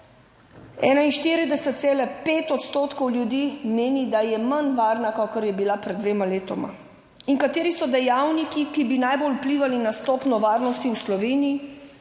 41,5 odstotkov ljudi meni, da je manj varna, kakor je bila pred dvema letoma. In kateri so dejavniki, ki bi najbolj vplivali na stopnjo varnosti v Sloveniji?